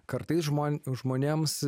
kartais žmon žmonėms